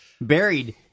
buried